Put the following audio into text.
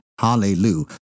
Hallelujah